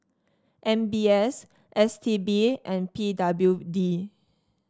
M B S S T B and P W D